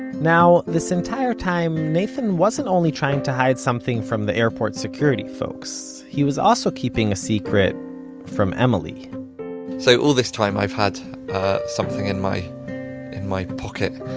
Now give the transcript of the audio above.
now, this entire time, nathan wasn't only trying to hide something from the airport security folks. he was also keeping a secret from emily so all this time i've had something in my in my pocket,